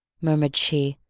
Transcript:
murmured she,